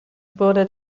wurde